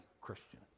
Christian